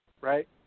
Right